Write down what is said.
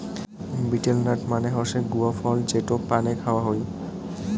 betel nut মানে হসে গুয়া ফল যেটো পানে খাওয়া হই